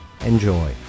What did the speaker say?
enjoy